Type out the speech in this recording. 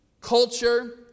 culture